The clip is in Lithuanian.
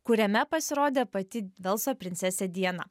kuriame pasirodė pati velso princesė diana